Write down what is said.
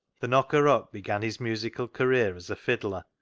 the knocker-up began his musical career as a fiddler,